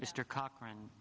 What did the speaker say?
mr cochran